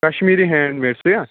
Kashmiri hand made سوٗ یا